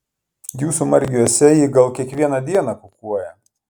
jūsų margiuose ji gal kiekvieną dieną kukuoja